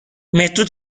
مترو